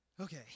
Okay